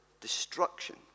destruction